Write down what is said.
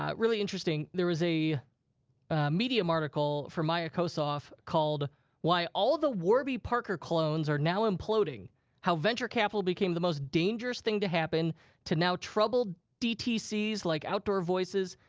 ah really interesting. there was a medium article from maya kosoff called why all the warby parker clones are now imploding how venture capital became the most dangerous thing to happen to now troubled dtcs like outdoor voices,